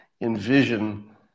envision